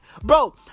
Bro